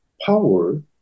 power